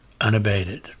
unabated